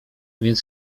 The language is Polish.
więc